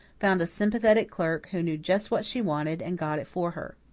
found a sympathetic clerk who knew just what she wanted and got it for her.